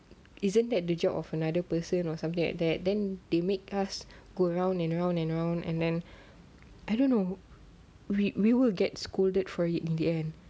isn't that the job of another person or something like that then they make us go round and round and around and then I don't know we we will get scolded for it in the end